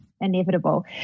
inevitable